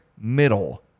middle